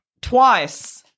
twice